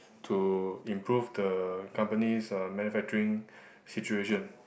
to improve the company's uh manufacturing situation